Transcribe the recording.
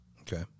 Okay